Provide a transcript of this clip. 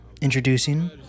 introducing